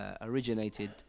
originated